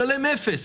ישלם אפס.